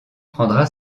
prendra